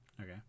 Okay